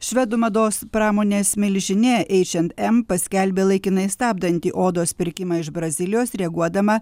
švedų mados pramonės milžinė eičen em paskelbė laikinai stabdanti odos pirkimą iš brazilijos reaguodama